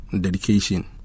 Dedication